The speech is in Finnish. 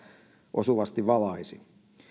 osuvasti valaisi